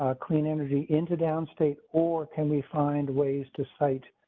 ah clean energy into downstate or can we find ways to site?